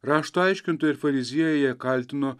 rašto aiškintojai ir fariziejai ją kaltino